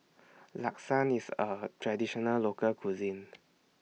Lasagne IS A Traditional Local Cuisine